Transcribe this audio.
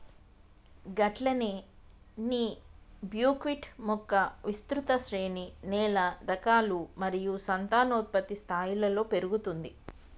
గట్లనే నీ బుక్విట్ మొక్క విస్తృత శ్రేణి నేల రకాలు మరియు సంతానోత్పత్తి స్థాయిలలో పెరుగుతుంది